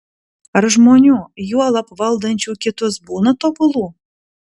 ar žmonių juolab valdančių kitus būna tobulų